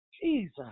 Jesus